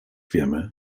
wiemy